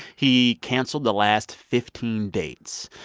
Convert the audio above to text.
he canceled the last fifteen dates.